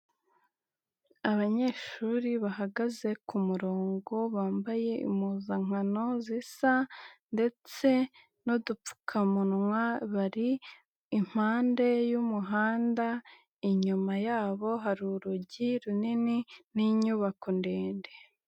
Abanyeshuri bahagaze kumurongo bambaye impuzankano zisa, ndetse n'udupfukamunwa bari, impande y'umuhanda, inyuma yabo hari urugi runini, n'inyubako ndende.